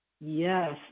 Yes